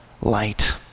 light